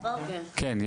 כן,